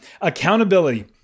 accountability